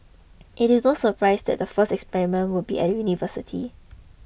it is no surprise that the first experiments will be at a university